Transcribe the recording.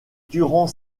durant